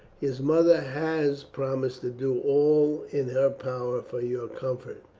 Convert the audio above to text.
his mother has promised to do all in her power for your comfort.